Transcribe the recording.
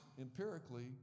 empirically